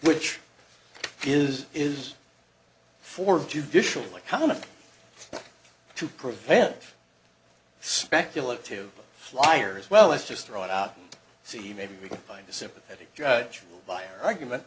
which is is for judicial economy to prevent speculative flyers well let's just throw it out see maybe we can find a sympathetic judge by our argument